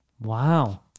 Wow